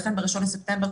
ולכן ב-1 בספטמבר,